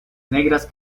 negras